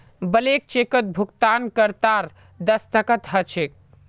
blank चेकत भुगतानकर्तार दस्तख्त ह छेक